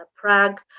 Prague